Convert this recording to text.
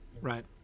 right